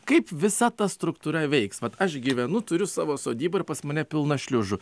kaip visa ta struktūra veiks vat aš gyvenu turiu savo sodybą ir pas mane pilna šliužų